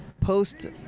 post-